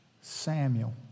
Samuel